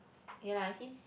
ya lah he's